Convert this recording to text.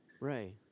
right